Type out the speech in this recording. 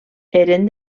eren